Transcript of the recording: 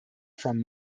from